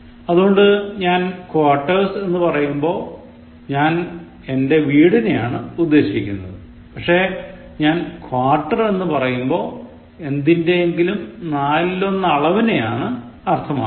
അതുകൊണ്ട് ഞാൻ "quarters" എന്നു പറയുമ്പോൾ ഞാൻ എന്റെ വീടിനെയാണ് ഉദ്ദേശിക്കുന്നത് പക്ഷേ ഞാൻ quarter എന്ന് പാറയുമ്പോൾ എന്തിൻറെയെങ്കിലും നാലിലൊന്ന് അളവിനെയാണ് അർത്ഥമാക്കുന്നത്